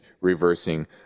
reversing